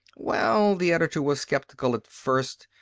well, the editor was skeptical at first,